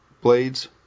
blades